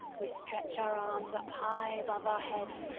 we stretch our arms up high above our heads,